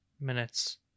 minutes